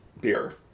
beer